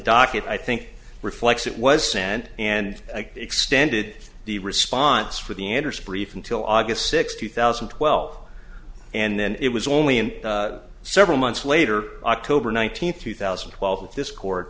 docket i think reflects it was sent and extended the response for the ender's brief until august sixth two thousand and twelve and then it was only in several months later october nineteenth two thousand and twelve that this court